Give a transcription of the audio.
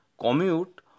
commute